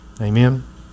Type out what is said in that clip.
amen